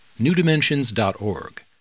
newdimensions.org